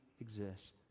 exists